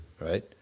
right